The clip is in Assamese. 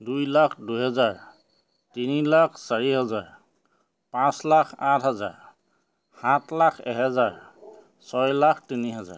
দুই লাখ দুহেজাৰ তিনি লাখ চাৰি হেজাৰ পাঁচ লাখ আঠ হাজাৰ সাত লাখ এহেজাৰ ছয় লাখ তিনি হেজাৰ